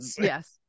Yes